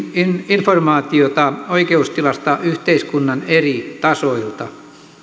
informaatiota oikeustilasta yhteiskunnan eri tasoilta